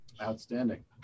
Outstanding